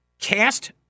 cast